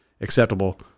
acceptable